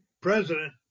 president